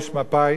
איש מפא"י,